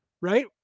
right